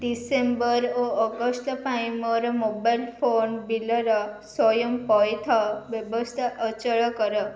December ଓ August ପାଇଁ ମୋର ମୋବାଇଲ ଫୋନ ବିଲ୍ର ସ୍ଵୟଂ ପଇଠ ବ୍ୟବସ୍ଥା ଅଚଳ କର